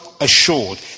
assured